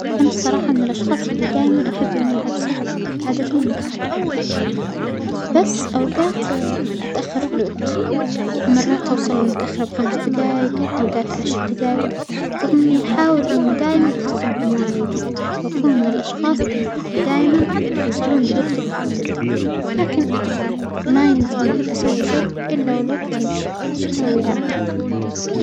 أنا الصراحة من الأشخاص اللى دايما أحب إنى أوصل عادة مبكرة، بس أوقات أتأخر في الوجت، مرات أوصل متأخرة بخمس دجائج أوجات عشر دقائق رغم إنى أحاول إنى دائما التزم بمواعيدى وأكون من الأشخاص اللى دايما يوصلون بالوجت المحدد، لكن ما عندى إنى أسوى شىء إلا والوقت يمشى، إيش أسوى عاد.